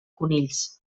conills